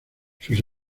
sus